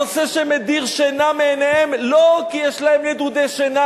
הנושא שמדיר שינה מעיניהם לא כי יש להם נדודי שינה,